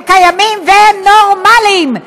הם קיימים והם נורמליים,